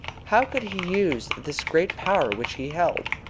how could he use this great power which he held?